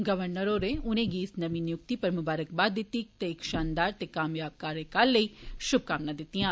governor होरें उनेंगी इस नमीं नियुक्ति पर ममारकबाद दित्ती ते इक शानदार ते कामयाब कार्जकाल लेई शुभकामना दित्तियां